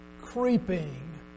creeping